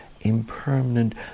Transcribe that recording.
impermanent